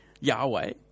Yahweh